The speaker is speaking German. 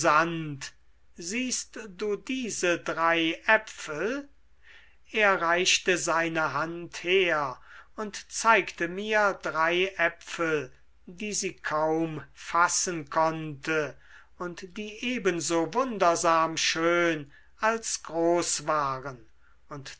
siehst du diese drei äpfel er reichte seine hand her und zeigte mir drei äpfel die sie kaum fassen konnte und die ebenso wundersam schön als groß waren und